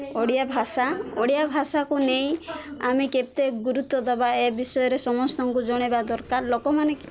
ଓଡ଼ିଆ ଭାଷା ଓଡ଼ିଆ ଭାଷାକୁ ନେଇ ଆମେ କେତେ ଗୁରୁତ୍ୱ ଦେବା ଏ ବିଷୟରେ ସମସ୍ତଙ୍କୁ ଜଣେଇବା ଦରକାର ଲୋକମାନେ